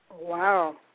Wow